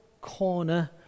corner